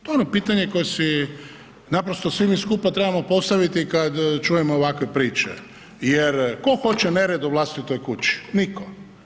To je ono pitanje koje si naprosto svi mi skupa trebamo postaviti kad čujemo ovakve priče, jer tko hoće nered u vlastitoj kući, nitko.